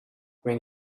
when